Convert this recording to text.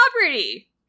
property